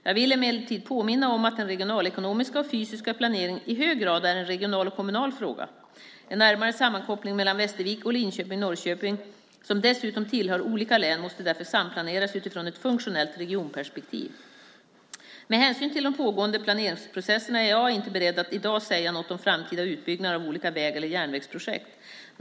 Jag vill emellertid påminna om att den regionalekonomiska och fysiska planeringen i hög grad är en regional och kommunal fråga. En närmare sammankoppling mellan Västervik och Linköping-Norrköping, som dessutom tillhör olika län, måste därför samplaneras utifrån ett funktionellt regionperspektiv. Med hänsyn till de pågående planeringsprocesserna är jag inte beredd att i dag säga något om framtida utbyggnader av olika väg eller järnvägsprojekt.